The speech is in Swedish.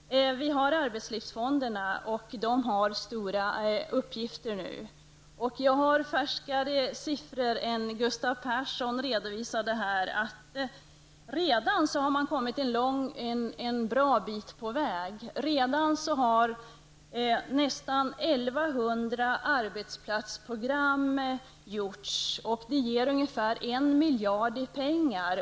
Arbetslivsfonderna har nu fått stora uppgifter. Jag har färskare siffror än Gustav Persson som visar att man redan har kommit en bra bit på väg. Redan nu har nästan 1100 arbetsplatsprogram gjorts, vilket medför ungefär en miljard i pengar.